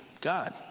God